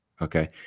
okay